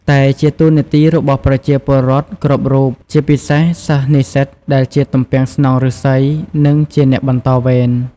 តែជាតួនាទីរបស់ប្រជាពលរដ្ឋគ្រប់រូប ជាពិសេសសិស្សនិស្សិតដែលជាទំពាំងស្នងឫស្សី និងជាអ្នកបន្តវេន។